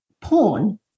Porn